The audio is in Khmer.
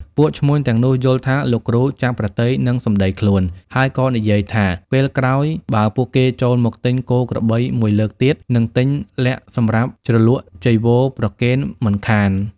ពួកឈ្មួញទាំងនោះយល់ថាលោកគ្រូចាប់ព្រះទ័យនឹងសំដីខ្លួន ហើយក៏និយាយថាពេលក្រោយបើពួកគេចូលមកទិញគោក្របីមួយលើកទៀត នឹងទិញល័ក្តសម្រាប់ជ្រលក់ចីវរប្រគេនមិនខាន។